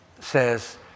says